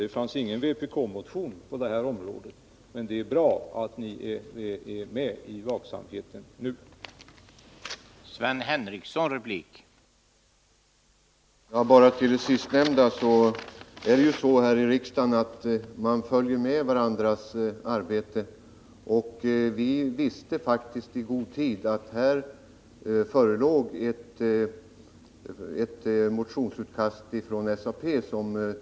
Det fanns ingen vpk-motion på det här området, men det är bra att ni är med i vaksamheten nu.